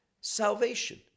salvation